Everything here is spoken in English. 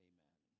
Amen